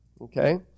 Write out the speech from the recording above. Okay